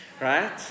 right